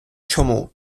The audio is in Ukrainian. чому